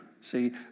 See